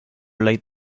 late